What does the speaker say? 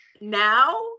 Now